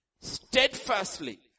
steadfastly